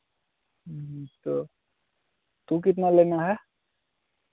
तो तो वह कितना लेना है